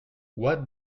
what